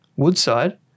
Woodside